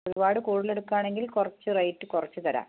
ഒരുപാട് കൂടുതൽ എടുക്കുകയാണെങ്കിൽ കുറച്ച് റേറ്റ് കുറച്ച് തരാം